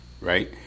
right